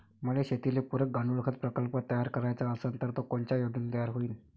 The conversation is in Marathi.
मले शेतीले पुरक गांडूळखत प्रकल्प तयार करायचा असन तर तो कोनच्या योजनेतून तयार होईन?